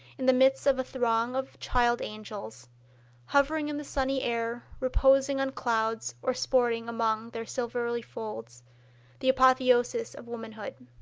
in the midst of a throng of child-angels hovering in the sunny air, reposing on clouds, or sporting among their silvery folds the apotheosis of womanhood.